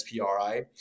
SPRI